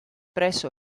presso